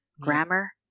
Grammar